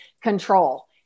control